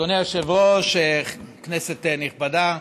אדוני היושב-ראש, כנסת נכבדה,